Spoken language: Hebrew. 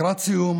לקראת סיום,